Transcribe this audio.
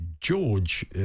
George